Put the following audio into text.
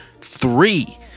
three